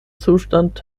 zustand